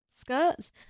Skirts